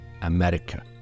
america